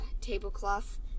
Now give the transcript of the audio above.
tablecloth